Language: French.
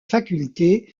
faculté